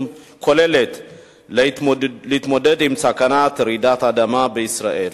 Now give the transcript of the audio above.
כוללת להתמודד עם סכנת רעידת האדמה בישראל.